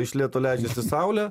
iš lėto leidžiasi saulė